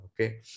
Okay